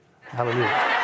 Hallelujah